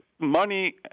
Money